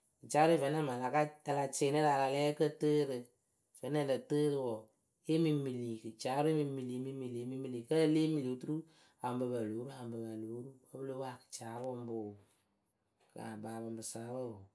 kɨcaarɨwe vǝ́nɨŋ mɨŋ a la ka, a la cɩɩnɩ rɨ a la lɛɛ ǝ́ǝ kǝ tɨɨ rɨ. Vǝ́nɨŋ ǝ lǝ tɨɨ rɨ wɔɔ, ée mɨ mili gɩcaarɨwe, ée mɨ mili mɨ mili mɨ mili kǝ́ ǝ lée mili oturu apɔŋpǝ pɨ lóo ru apɔŋpǝ paa lóo ru wǝ́ pɨ lóo pwo akɩcaapɔpoo. Lah kpaa apɔŋpɨsa wǝ oo.